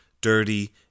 dirty